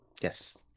Yes